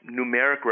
numeric